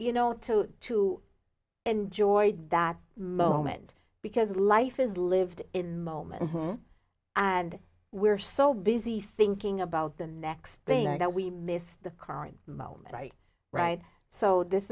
you know to to enjoy that moment because life is lived in moment and we're so busy thinking about the next thing that we miss the current moment right right so this